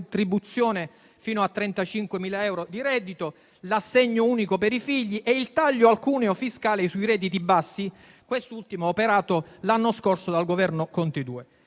decontribuzione fino a 35.000 euro di reddito, l'assegno unico per i figli e il taglio al cuneo fiscale sui redditi bassi (quest'ultimo operato l'anno scorso dal Governo Conte 2).